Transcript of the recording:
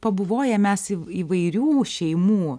pabuvoję mes įvairių šeimų